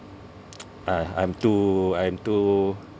uh I'm too I'm too